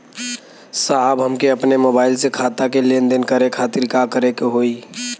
साहब हमके अपने मोबाइल से खाता के लेनदेन करे खातिर का करे के होई?